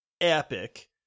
epic